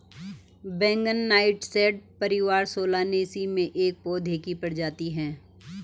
बैंगन नाइटशेड परिवार सोलानेसी में एक पौधे की प्रजाति है